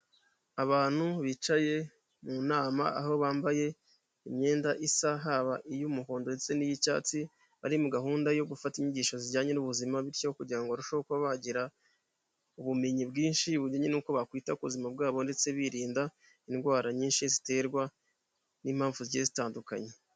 Abantu bicaye mu nama, aho bambaye imyenda isa, haba iy'umuhondo ndetse n'iy'icyatsi, bari muri gahunda yo gufata inyigisho zijyanye n'ubuzima, bityo kugira ngo barusheho kuba bagira ubumenyi bwinshi ubujyanye n'uko bakwita ku buzima bwabo, ndetse birinda indwara nyinshi ziterwa n'impamvu zigiye zitandukanye.